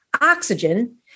oxygen